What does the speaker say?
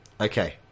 Okay